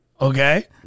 Okay